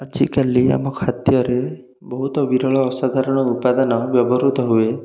ଆଜିକାଲି ଆମ ଖାଦ୍ୟରେ ବହୁତ ବିରଳ ଅସାଧାରଣ ଉପାଦାନ ବ୍ୟବହୃତ ହୁଏ